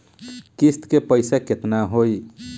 किस्त के पईसा केतना होई?